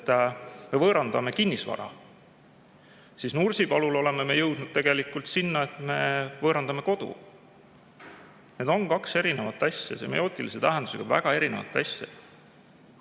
et me võõrandame kinnisvara, siis Nursipalus oleme me jõudnud tegelikult sinna, et me võõrandame kodu. Need on kaks erinevat asja, semiootilise tähenduse poolest väga erinevat asja.